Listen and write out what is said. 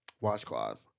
Washcloth